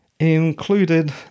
included